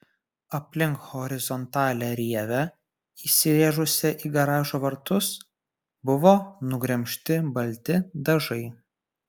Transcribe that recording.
aplink horizontalią rievę įsirėžusią į garažo vartus buvo nugremžti balti dažai